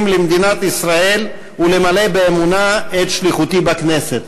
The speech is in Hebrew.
למדינת ישראל ולמלא באמונה את שליחותי בכנסת".